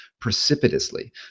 precipitously